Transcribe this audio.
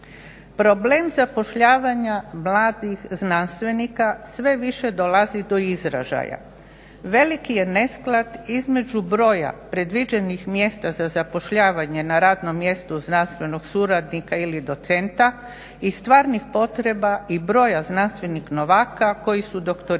Problem zapošljavanja mladih znanstvenika sve više dolazi do izražaja. Veliki je nesklad između broja predviđenih mjesta za zapošljavanje na radnom mjestu znanstvenog suradnika ili docenta i stvarnih potreba i broja znanstvenih novaka koji su doktorirali.